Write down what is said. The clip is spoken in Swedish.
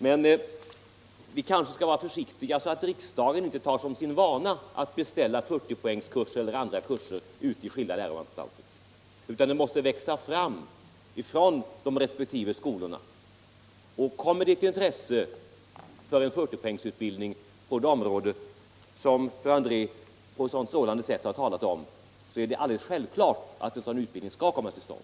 Men vi kanske skall vara försiktiga, så att riksdagen inte tar som vana att beställa 40 poängskurser eller andra kurser ute på skilda läroanstalter, utan kurserna måste växa fram utifrån de resp. skolorna. Kommer det ewt intresse för en 40-poängsutbildning på det område som fru André har talat om är det självklart att en sådan utbildning skall komma till stånd.